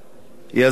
יזמתי